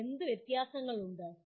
തമ്മിൽ എന്ത് വ്യത്യാസങ്ങൾ ഉണ്ട്